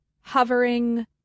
hovering